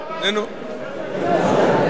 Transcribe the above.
נלך הביתה, נפזר את הכנסת.